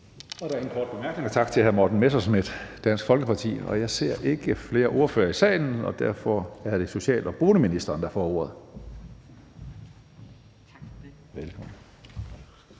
Der er ingen korte bemærkninger. Tak til hr. Morten Messerschmidt, Dansk Folkeparti. Jeg ser ikke flere ordførere i salen, og derfor er det social- og boligministeren, der får ordet. Velkommen.